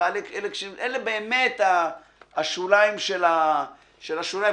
אלה באמת השוליים של השולים.